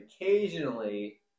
occasionally